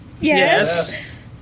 Yes